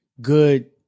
good